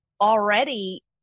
already